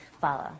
follow